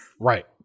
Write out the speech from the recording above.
Right